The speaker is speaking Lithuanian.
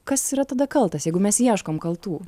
kas yra tada kaltas jeigu mes ieškom kaltų